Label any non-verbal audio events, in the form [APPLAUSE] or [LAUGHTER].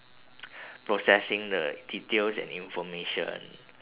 [NOISE] [BREATH] processing the details and information